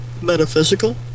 metaphysical